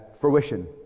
fruition